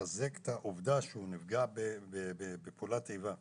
לחזק את העובדה שהוא נפגע בפעולת איבה.